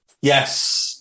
yes